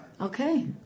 okay